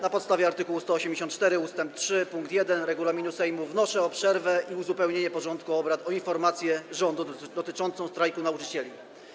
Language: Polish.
Na podstawie art. 184 ust. 3 pkt 1 regulaminu Sejmu wnoszę o przerwę i uzupełnienie porządku obrad o informację rządu dotyczącą strajku nauczycieli.